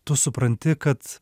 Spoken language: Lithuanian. tu supranti kad